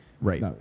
Right